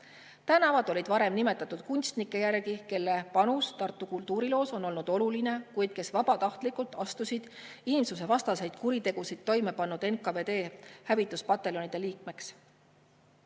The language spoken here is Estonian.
Tänavad olid varem nimetatud kunstnike järgi, kelle panus Tartu kultuuriloos on olnud oluline, kuid kes vabatahtlikult astusid inimsusevastaseid kuritegusid toime pannud NKVD hävituspataljoni liikmeks.